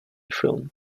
film